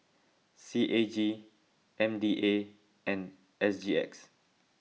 C A G M D A and S G X